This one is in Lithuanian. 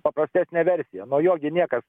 paprastesnė versija nuo jo gi niekas